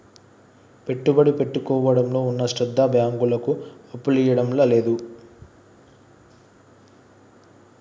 పెట్టుబడి పెట్టించుకోవడంలో ఉన్న శ్రద్ద బాంకులకు అప్పులియ్యడంల లేదు